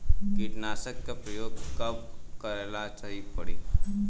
कीटनाशक के प्रयोग कब कराल सही रही?